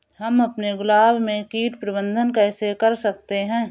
हम अपने गुलाब में कीट प्रबंधन कैसे कर सकते है?